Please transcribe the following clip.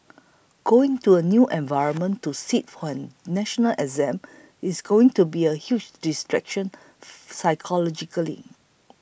going to a new environment to sit for a national exam is going to be a huge distraction psychologically